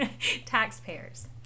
Taxpayers